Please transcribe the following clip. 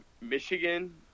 Michigan